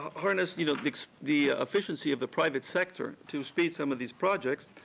harness you know the the efficiency of the private sector to speed some of these products.